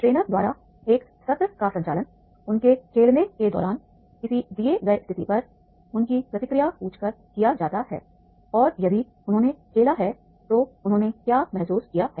trainer द्वारा एक सत्र का संचालन उनके खेलने के दौरान किसी दिए गए स्थिति पर उनकी प्रतिक्रिया पूछकर किया जाता है और यदि उन्होंने खेला है तो उन्होंने क्या महसूस किया है